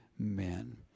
amen